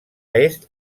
est